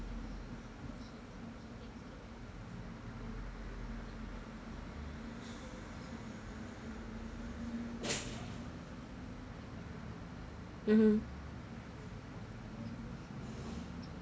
mmhmm